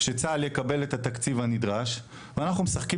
שצה"ל יקבל את התפקיד הנדרש ואנחנו משחקים